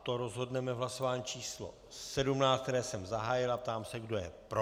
To rozhodneme v hlasování číslo 17, které jsem zahájil, a ptám se, kdo je pro.